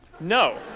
no